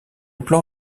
plan